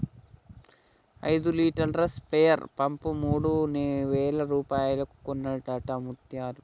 ఐదు లీటర్ల sprayer pump మూడు వేల రూపాయలకు కొన్నడట ముత్యాలు